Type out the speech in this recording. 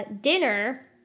Dinner